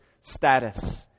status